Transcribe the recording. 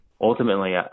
Ultimately